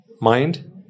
mind